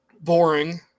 boring